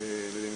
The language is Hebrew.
בשבילי זה דיליי